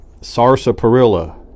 Sarsaparilla